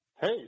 Hey